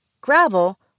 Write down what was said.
gravel